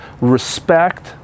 respect